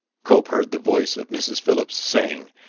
cope heard the voice of mrs. phillips saying,